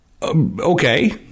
Okay